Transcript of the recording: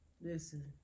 Listen